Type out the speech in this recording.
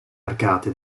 arcate